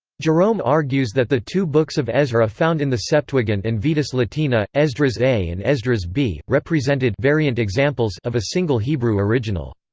jerome argues that the two books of ezra found in the septuagint and vetus latina, esdras a and esdras b, represented variant examples of a single hebrew original.